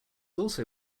also